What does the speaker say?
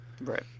right